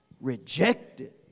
rejected